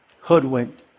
hoodwinked